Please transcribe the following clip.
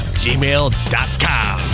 gmail.com